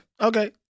Okay